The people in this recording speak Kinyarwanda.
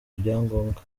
ibyangombwa